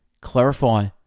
clarify